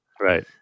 Right